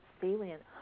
salient